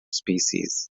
species